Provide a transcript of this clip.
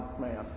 man